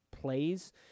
plays